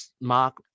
mark